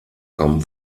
kommen